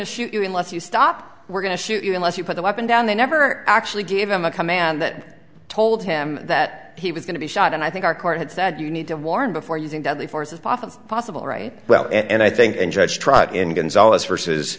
to shoot you unless you stop we're going to shoot you unless you put the weapon down they never actually gave him a command that told him that he was going to be shot and i think our courts that you need to warn before using deadly force is often possible right well and i think and judge trot in guns all us versus